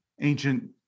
ancient